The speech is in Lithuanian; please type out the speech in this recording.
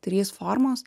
trys formos